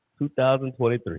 2023